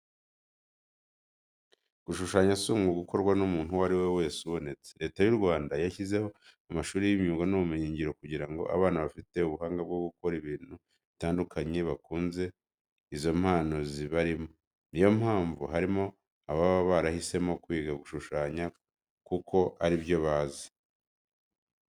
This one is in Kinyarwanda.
Gushushanya si umwuga ukorwa n'umuntu uwo ari we wese ubonetse. Leta y'u Rwanda yashyizeho amashuri y'imyuga n'ubumenyingiro kugira ngo abana bafite ubuhanga bwo gukora ibintu bitandukanye bakuze izo mpano zibarimo. Niyo mpamvu harimo ababa barahisemo kwiga gushushanya kuko ari byo bazi.